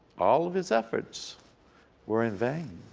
all of his efforts were in vain.